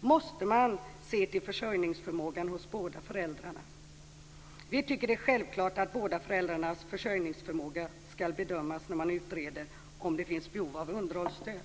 måste man se till försörjningsförmågan hos båda föräldrarna. Vi tycker att det är självklart att båda föräldrarnas försörjningsförmåga skall bedömas när man utreder om det finns behov av underhållsstöd.